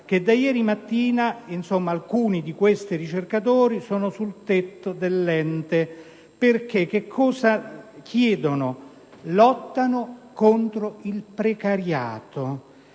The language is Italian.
che da ieri mattina alcuni di questi ricercatori sono sul tetto dell'ente. Cosa chiedono? Lottano contro il precariato